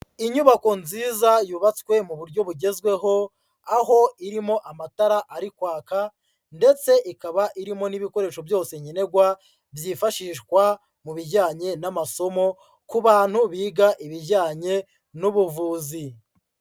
Inyubako nziza yubatswe mu buryo bugezweho, aho irimo amatara ari kwaka ndetse ikaba irimo n'ibikoresho byose nkenerwa, byifashishwa mu bijyanye n'amasomo ku bantu biga ibijyanye n'ubuvuzi.